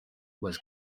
was